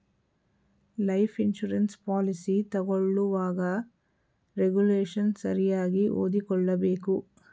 life insurance policy ತಗೊಳ್ಳುವಾಗ regulation ಸರಿಯಾಗಿ ಓದಿಕೊಳ್ಳಬೇಕು